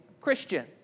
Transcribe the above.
Christian